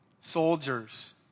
Soldiers